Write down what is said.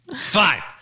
Fine